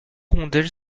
rondelles